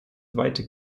weite